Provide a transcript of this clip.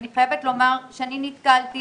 אני חייבת לומר שאני נתקלתי